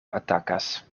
atakas